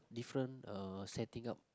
different uh setting up